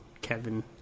Kevin